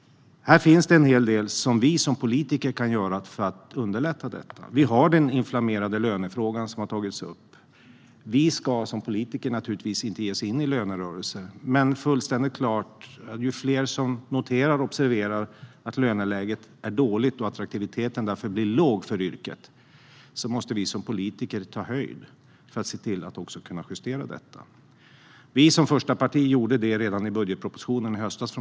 Det finns en hel del som vi som politiker kan göra för att underlätta detta. Vi har den inflammerade lönefrågan, som har tagits upp. Vi ska som politiker naturligtvis inte ge oss in i lönerörelser, men det står fullständigt klart att ju fler som noterar och observerar att löneläget är dåligt och att attraktiviteten för yrket därför är låg, desto mer måste vi politiker ta höjd för att kunna justera detta. Från Moderaternas sida gjorde vi detta som första parti redan i budgetpropositionen i höstas.